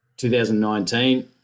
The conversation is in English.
2019